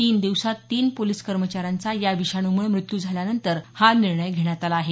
तीन दिवसांत तीन पोलिस कर्मचाऱ्यांचा या विषाणूमुळे मृत्यू झाल्यानंतर हा निर्णय घेण्यात आला आहे